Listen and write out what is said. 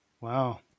wow